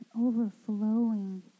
overflowing